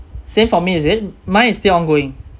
same for me is it mine is still ongoing